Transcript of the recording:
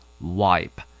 Wipe